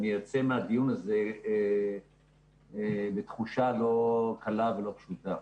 אני יוצא מהדיון הזה בתחושה לא קלה ולא פשוטה.